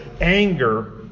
anger